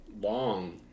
long